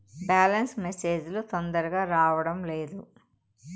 Balance message లు తొందరగా రావడం లేదు?